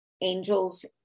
angels